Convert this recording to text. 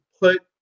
put